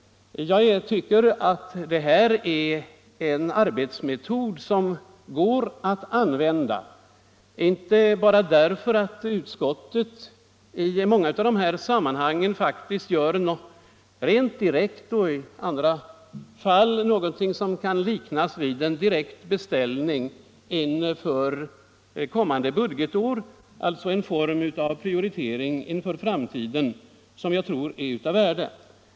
Jag tycker att detta är en arbetsmetod som går att använda. I en del fall gör utskottet någonting rent direkt och i andra fall någonting som kan liknas vid en direkt beställning inför kommande budgetår — alltså en form av prioritering inför framtiden, som jag anser är av värde.